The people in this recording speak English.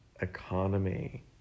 economy